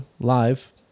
live